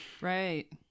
Right